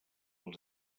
els